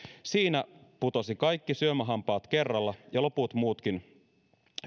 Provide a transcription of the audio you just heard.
siinä putosi kaikki syömähampaat kerralla ja loput muutkin